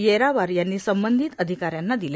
येरावार यांनी संबंधित अधिकाऱ्यांना दिले